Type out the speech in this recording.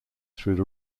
through